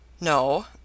No